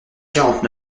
quarante